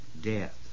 death